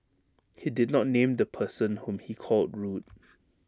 he did not name the person whom he called rude